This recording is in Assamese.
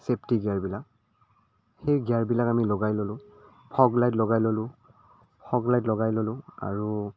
চেফটি গিয়াৰবিলাক সেই গিয়াৰবিলাক আমি লগাই ল'লোঁ ফ'গ লাইট লগাই ল'লোঁ ফ'গ লাইট লগাই ল'লোঁ আৰু